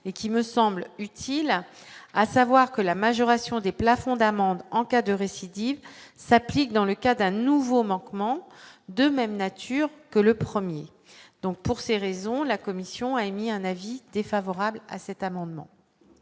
et qui me semble utile, à savoir que la majoration des plafonds d'amende en cas de récidive s'applique dans le cas d'un nouveau manquement de même nature que le 1er donc pour ces raisons, la commission a émis un avis défavorable à cet amendement.